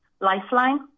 Lifeline